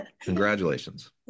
Congratulations